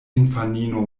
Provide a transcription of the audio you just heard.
infanino